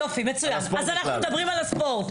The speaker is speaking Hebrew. יופי, אז אנחנו מדברים על הספורט.